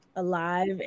alive